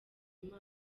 imana